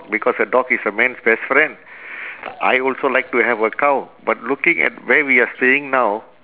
because a dog is a man's best friend I also like to have a cow but looking at where we are staying now